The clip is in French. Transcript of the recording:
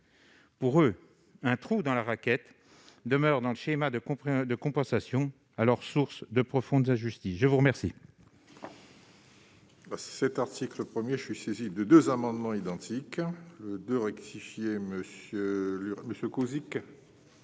Pour eux, le trou dans la raquette qui demeure dans le schéma de compensation est source de profondes injustices. Je suis saisi